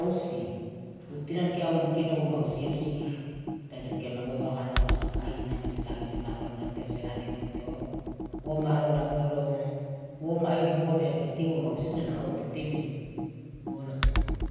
Usi wutu ino ankia womikino woma usi osi de aje okia mangoe wakana woma sakai nango jo tagi jo maronda tersera de ngone to woma ronda bolo woma idu bolo yang penting woma usi osi de nanga utu itetebini boloto.